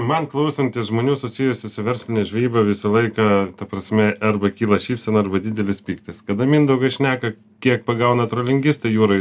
man klausantis žmonių susijusių su versline žvejyba visą laiką ta prasme arba kyla šypsena arba didelis pyktis kada mindaugas šneka kiek pagauna trolingistai jūroj